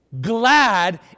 glad